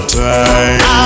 time